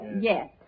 Yes